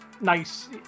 nice